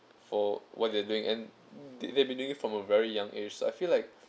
for what they're doing and they've been doing it from a very young age I feel like